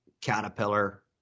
Caterpillar